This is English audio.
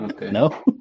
No